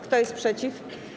Kto jest przeciw?